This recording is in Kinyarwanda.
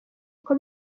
uko